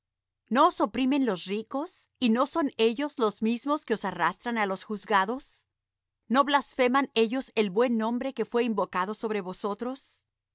os oprimen los ricos y no son ellos los mismos que os arrastran á los juzgados no blasfeman ellos el buen nombre que fué invocado sobre vosotros